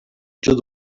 setge